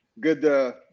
good